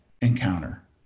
encounter